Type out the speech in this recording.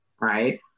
right